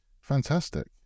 Fantastic